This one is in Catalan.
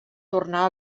tornar